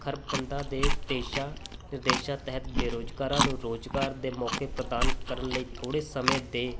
ਖਰਬੰਦਾ ਦੇ ਦੇਸ਼ਾ ਨਿਰਦੇਸ਼ਾਂ ਤਹਿਤ ਬੇਰੁਜ਼ਗਾਰਾਂ ਨੂੰ ਰੋਜ਼ਗਾਰ ਦੇ ਮੌਕੇ ਪ੍ਰਦਾਨ ਕਰਨ ਲਈ ਥੋੜ੍ਹੇ ਸਮੇਂ ਦੇ